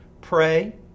pray